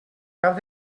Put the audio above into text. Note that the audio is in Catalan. cap